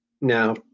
Now